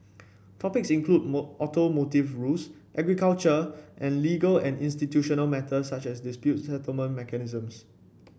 topics include more automotive rules agriculture and legal and institutional matters such as dispute settlement mechanisms